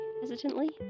hesitantly